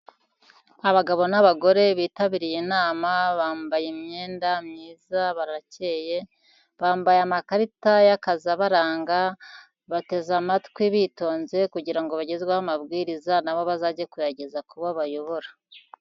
Abagabo n'abagore bitabiriye inama bambaye imyenda myiza baracyeye, bambaye amakarita y'akazi abaranga, bateze amatwi bitonze kugira ngo bagerweho amabwiriza, nabo bazajye ku kuyageza ku bo bayobora.